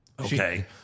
Okay